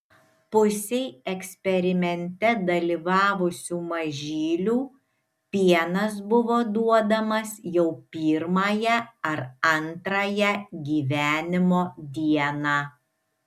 pusei eksperimente dalyvavusių mažylių pienas buvo duodamas jau pirmąją ar antrąją gyvenimo dieną